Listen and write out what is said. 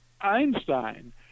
Einstein